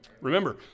Remember